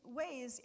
ways